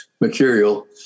material